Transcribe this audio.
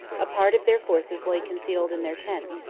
a part of their forces lay concealed in their tents,